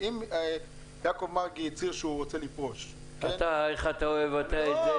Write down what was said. אם חבר הכנסת מרגי הצהיר שהוא רוצה לפרוש -- איך אתה אוהב את זה,